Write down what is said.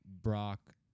Brock